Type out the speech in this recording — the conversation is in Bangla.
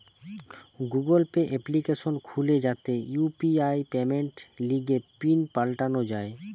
গুগল পে এপ্লিকেশন খুলে যাতে ইউ.পি.আই পেমেন্টের লিগে পিন পাল্টানো যায়